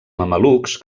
mamelucs